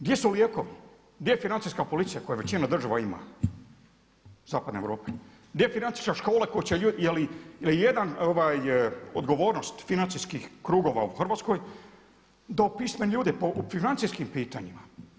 Gdje su lijekovi, gdje je financijska policija koju većina država ima zapadne Europe, gdje je financijska škola koja će, jel i jedan odgovornost financijskih krugova u Hrvatskoj, da … ljude pa u financijskim pitanjima.